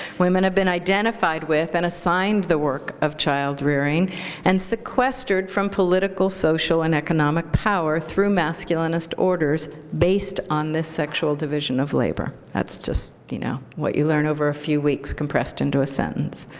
women have been identified with and assigned the work of child rearing and sequestered from political, social, and economic power through masculinist orders based on this sexual division of labor. that's just you know what you learn over a few weeks compressed into a sentence.